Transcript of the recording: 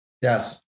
Yes